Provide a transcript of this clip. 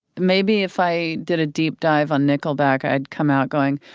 maybe if i did a deep dive on nickleback, i'd come out going,